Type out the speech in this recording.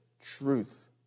truth